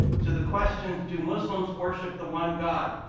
to the question, do muslims worship the one god?